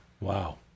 Wow